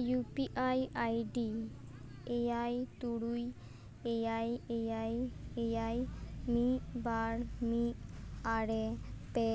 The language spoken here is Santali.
ᱤᱭᱩ ᱯᱤ ᱟᱭ ᱟᱭᱰᱤ ᱮᱭᱟᱭ ᱛᱩᱨᱩᱭ ᱮᱭᱟᱭ ᱮᱭᱟᱭ ᱮᱭᱟᱭ ᱢᱤᱫ ᱵᱟᱨ ᱢᱤᱫ ᱟᱨᱮ ᱯᱮ